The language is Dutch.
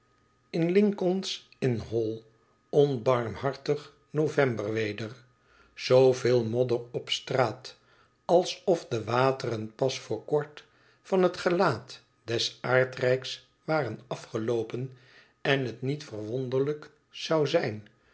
in lincoln s inn hall onbarmhartig novemberweder zooveel modder op straat alsof de wateren pas voor kort van het gelaat des aardrijks waren afgeloopen en het niet verwonderlijk zou zijn